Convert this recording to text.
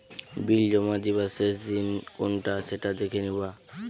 বিল জমা দিবার শেষ দিন কোনটা সেটা দেখে নিবা